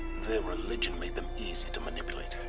their religion made them easy to manipulate